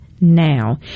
now